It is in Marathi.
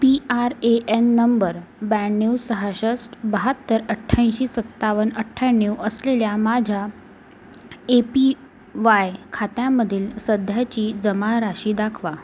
P R A N number ब्याण्णव सहासष्ट बहात्तर अठ्ठ्याऐंशी सत्तावन्न अठ्ठ्याण्णव असलेल्या माझ्या ए पी वाय खात्यामधील सध्याची जमा राशी दाखवा